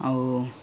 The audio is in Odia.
ଆଉ